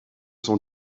son